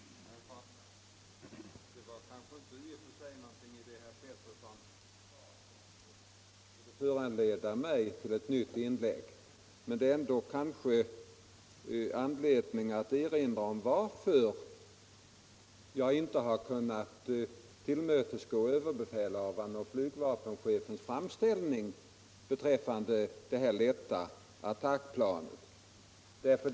Herr talman! Det var väl ingenting i vad herr Petersson i Gäddvik sade som i och för sig föranleder mig att göra ytterligare ett inlägg, men det finns kanske ändå anledning erinra om varför jag inte har tillmötesgått överbefälhavarens och flygvapenchefens framställning när det gäller det lätta attackplanet.